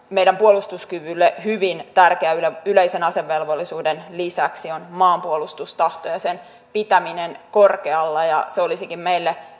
meidän puolustuskyvylle hyvin tärkeä yleisen asevelvollisuuden lisäksi on myös maanpuolustustahto ja sen pitäminen korkealla ja se olisikin meille